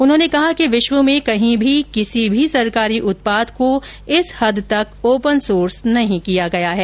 उन्होंने कहा कि विश्व में कहीं भी किसी भी सरकारी उत्पाद को इस हद तक ओपन सोर्स नहीं किया गया है